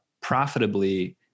profitably